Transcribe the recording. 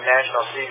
National